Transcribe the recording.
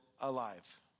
alive